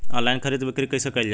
Online खरीद बिक्री कइसे कइल जाला?